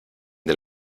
del